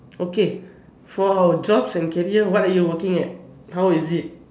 okay for our jobs and career what are you working at how is it